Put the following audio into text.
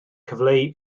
cyfleu